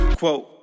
quote